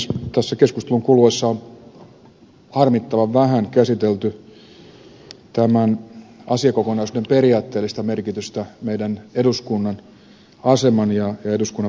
tässä keskustelun kuluessa on harmittavan vähän käsitelty tämän asiakokonaisuuden periaatteellista merkitystä meidän eduskunnan aseman ja eduskunnan päätösvallan kannalta